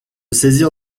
saisir